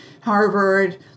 Harvard